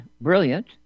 brilliant